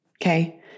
Okay